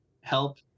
help